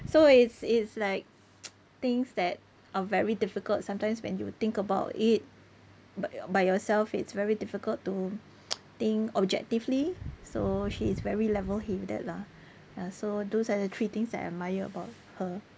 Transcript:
so it's it's like things that are very difficult sometimes when you think about it by by yourself it's very difficult to think objectively so she is very level-headed lah ya so those are the three things I admire about her